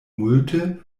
multe